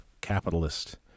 capitalist